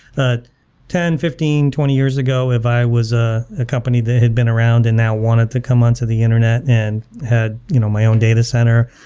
ten, fifteen, twenty years ago, if i was a ah company that had been around and now wanted to come on to the internet and had you know my own data center,